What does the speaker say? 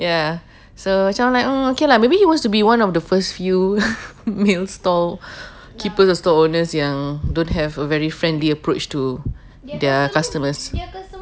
ya so macam like oh okay lah maybe he wants to be one of the first few male stall keepers or store owners ya don't have a very friendly approach to their customers